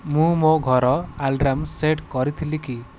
ମୁଁ ମୋ ଘର ଆଲାର୍ମ ସେଟ୍ କରିଥିଲି କି